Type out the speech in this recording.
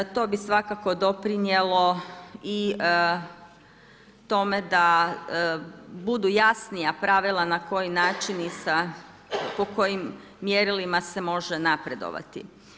To bi svakako doprinijelo i tome da budu jasnija pravila na koji način i po kojim mjerilima se može napredovati.